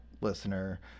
listener